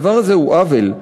הדבר הזה הוא עוול.